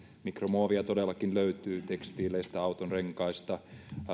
mikromuovia todellakin löytyy tekstiileistä autonrenkaista